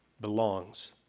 belongs